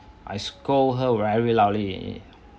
I scold her very loudly